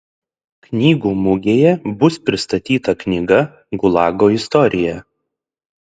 knygų mugėje bus pristatyta knyga gulago istorija